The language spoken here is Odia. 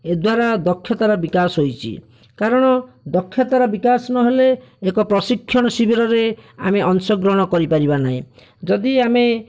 ଏଦ୍ୱାରା ଦକ୍ଷତାର ବିକାଶ ହୋଇଛି କାରଣ ଦକ୍ଷତାର ବିକାଶ ନ ହେଲେ ଏକ ପ୍ରଶିକ୍ଷଣ ଶିବିରରେ ଆମେ ଅଂଶଗ୍ରହଣ କରିପାରିବା ନାହିଁ ଯଦି ଆମେ